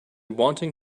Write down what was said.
wanting